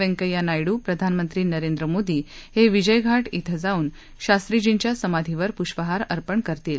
व्यंकय्या नायडू प्रधानमंत्री नरेंद्र मोदी हे विजय घाट क्विं जाऊन शास्त्रीजींच्या समाधीवर पुष्पहार अर्पण करतील